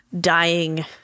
dying